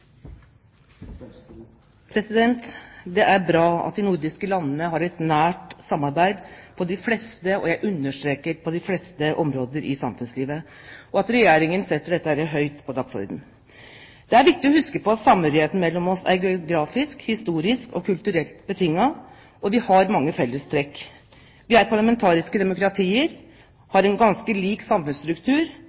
Det er bra at de nordiske landene har et nært samarbeid på de fleste – og jeg understreker på de fleste – områder i samfunnslivet, og at Regjeringen setter dette høyt på dagsordenen. Det er viktig å huske på at samhørigheten mellom oss er geografisk, historisk og kulturelt betinget. Vi har mange fellestrekk. Vi er parlamentariske demokratier, vi har en ganske lik samfunnsstruktur,